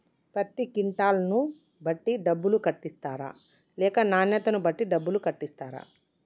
పత్తి క్వింటాల్ ను బట్టి డబ్బులు కట్టిస్తరా లేక నాణ్యతను బట్టి డబ్బులు కట్టిస్తారా?